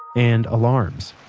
and alarms,